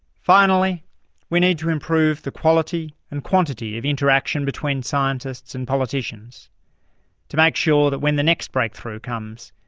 finally we need to improve the quality and quantity of interaction between scientists and politicians to make sure that when the next breakthrough comes,